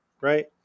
right